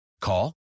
Call